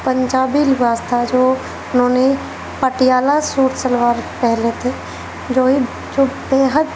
پنجابی لباس تھا جو انہوں نے پٹیالہ سوٹ شلوار پہنے تھے جو ہی جو بے حد